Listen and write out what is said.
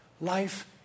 life